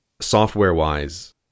software-wise